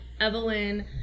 Evelyn